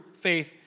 faith